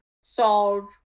solve